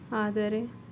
ಆದರೆ